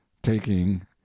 taking